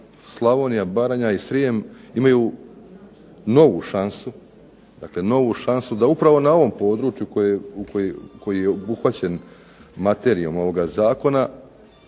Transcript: Slavonija, Baranja i Srijem imaju novu šansu, dakle novu šansu, da upravo na ovom području koji je obuhvaćen materijom ovoga zakona